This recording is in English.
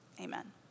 amen